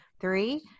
Three